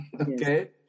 Okay